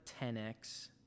10x